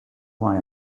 why